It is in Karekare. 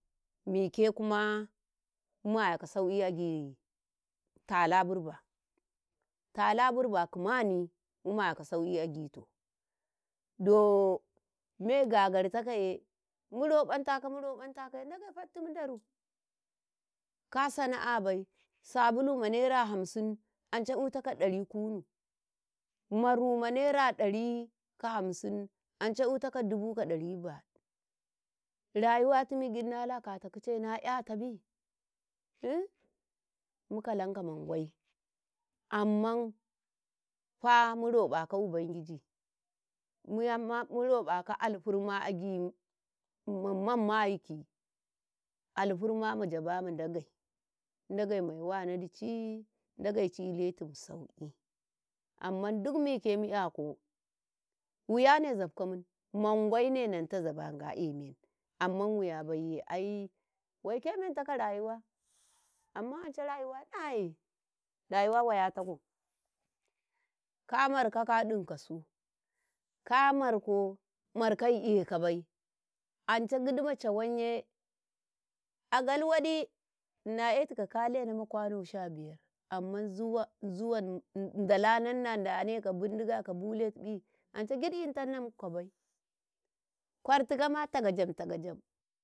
﻿Mike kuma mumayaka sauki agyi tala birba tala birba kumani mumayaka sauki agyito do mei gagartakaye muroɓan tatau muroɓantako Ndage fattin Ndaru kasana'a bai sabulu ma naira hamsin anco itakau ɗari kunu, maru nira ɗari ka hamsin anca ita ta ko dubu ka ɗari baɗu, rayuwatimi gid naka ta kice na“yatabi mukalanka mangwai ammanfa murobakau ubangiji. me emfa murobaka alfarm agyi Nmam ma'aiki, alfarma majaba ma Ndagei, Ndagei maiwa nadici Ndage ciretim sauki amma duk mike mu'yaku wuyane zabka min mangwai ne Nnanta zaba Ngaemein amma wuyabaiye ai waike mentaka rayuwa amma anca rayuwa naye rayuwa wayatako ka markau ka ɗinkosu, kamarko, markau ekabair anca gidi ma cawanye agali wadi na etuka kaleno ma kwano shabiyar amma zuwanne Ndala nanna Ndane ka bindiga ka bulet ɓi anca gidi yintanna muku kabai kwar-tukama tagajan tagajan.